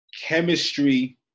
chemistry